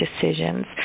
decisions